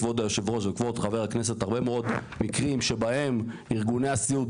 כבוד יושב הראש וכבוד חבר הכנסת הרבה מאוד מקרים שבהם ארגוני הסיעוד,